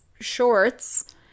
shorts